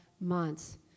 months